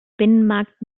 binnenmarkt